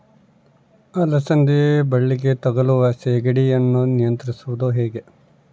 ಅಲಸಂದಿ ಬಳ್ಳಿಗೆ ತಗುಲುವ ಸೇಗಡಿ ಯನ್ನು ನಿಯಂತ್ರಿಸುವುದು ಹೇಗೆ?